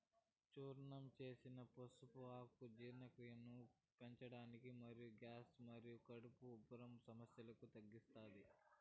చూర్ణం చేసిన పసుపు ఆకులు జీర్ణక్రియను పెంచడానికి మరియు గ్యాస్ మరియు కడుపు ఉబ్బరం సమస్యలను తగ్గిస్తాయి